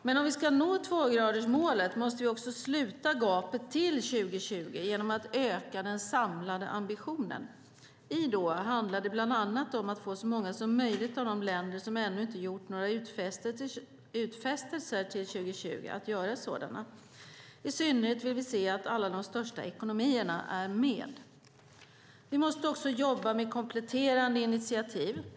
Men om vi ska nå tvågradersmålet måste vi också sluta gapet till 2020 genom att öka den samlade ambitionen. I Doha handlar det bland annat om att få så många som möjligt av de länder som ännu inte gjort några utfästelser till 2020 att göra sådana. I synnerhet vill vi se att alla de största ekonomierna är med. Vi måste också jobba med kompletterande initiativ.